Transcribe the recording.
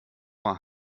war